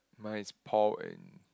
mine is paul and